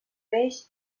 peix